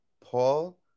Paul